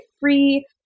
free